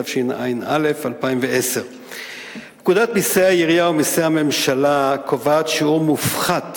התשע"א 2010. פקודת מסי העירייה ומסי הממשלה קובעת שיעור מופחת